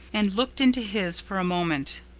and looked into his for a moment.